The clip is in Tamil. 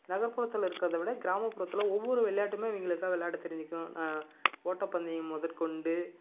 நகர்ப்புறத்தில் இருக்கிறத விட கிராமப்புறத்தில் ஒவ்வொரு விளாட்டுமே அவங்களுக்கா விளாட தெரிஞ்சிருக்கும் ஓட்டப்பந்தையம் முதற்கொண்டு